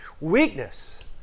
weakness